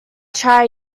try